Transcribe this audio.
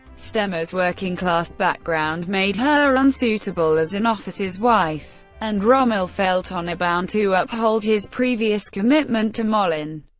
stemmer's working-class background made her unsuitable as an officer's wife, and rommel felt honour-bound to uphold his previous commitment to mollin.